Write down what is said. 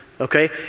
Okay